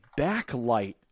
backlight